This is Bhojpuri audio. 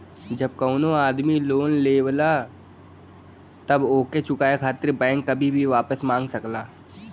जब कउनो आदमी लोन लेवला तब ओके चुकाये खातिर बैंक कभी भी वापस मांग सकला